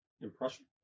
impression